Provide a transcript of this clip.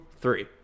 three